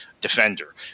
defender